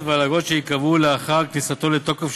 ועל אגרות שייקבעו לאחר כניסתו לתוקף,